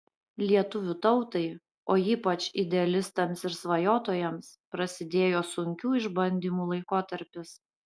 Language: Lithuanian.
lietuvių tautai o ypač idealistams ir svajotojams prasidėjo sunkių išbandymų laikotarpis